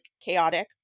chaotic